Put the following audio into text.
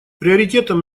приоритетом